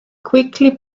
quickly